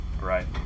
Right